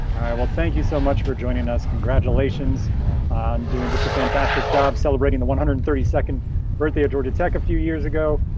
well, thank you so much for joining us. congratulations on doing just a fantastic job celebrating the one hundred and thirty second birthday of georgia tech a few years ago.